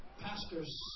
pastors